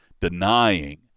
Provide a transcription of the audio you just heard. denying